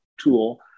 tool